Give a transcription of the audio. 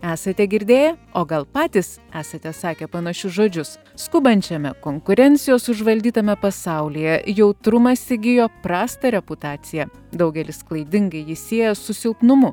esate girdėję o gal patys esate sakę panašius žodžius skubančiame konkurencijos užvaldytame pasaulyje jautrumas įgijo prastą reputaciją daugelis klaidingai jį sieja su silpnumu